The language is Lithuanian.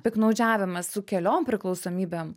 piktnaudžiavimą su keliom priklausomybėm